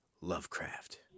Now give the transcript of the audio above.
Lovecraft